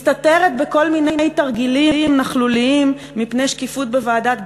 מסתתרת בכל מיני תרגילים נכלוליים בפני שקיפות בוועדת גרמן,